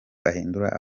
ahindura